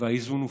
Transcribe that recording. והאיזון הופר.